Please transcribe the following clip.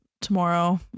tomorrow